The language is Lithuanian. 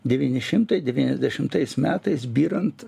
devyni šimtai devyniasdešimtais metais byrant